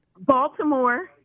Baltimore